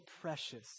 precious